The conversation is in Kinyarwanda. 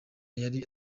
yari